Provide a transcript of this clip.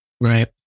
Right